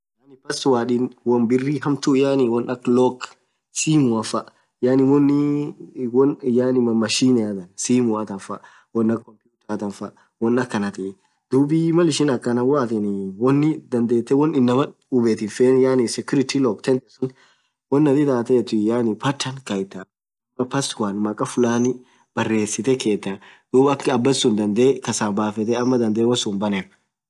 Password wonn birr hamtua wonn akha lock simuaffa yaani wonni mamachinethan simua than faa wonn akha computer than faa wonn akhanathi dhibii mal ishin akhana woathin wonn dhandhethe wonni inaman hubethu hin feeenn yaani security lock thathe suun wonn athin ithathu pattern kayyetha ama password makhaa fulani baresithe khethaaa dhub akaa abasun dhandhe kasabafethe ama dhandhe wonsun hin banen